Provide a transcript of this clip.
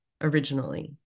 originally